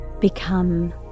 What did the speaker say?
become